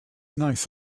nice